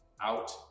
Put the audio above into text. Out